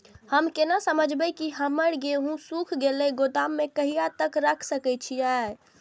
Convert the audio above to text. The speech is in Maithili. हम केना समझबे की हमर गेहूं सुख गले गोदाम में कहिया तक रख सके छिये?